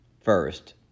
First